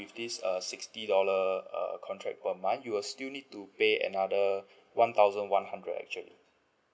with this uh sixty dollar uh contract per month you will still need to pay another one thousand one hundred actually